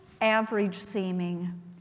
average-seeming